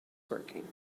working